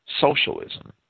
socialism